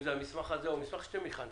אם זה המסמך הזה או מסמך שאתם הכנתם,